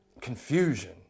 confusion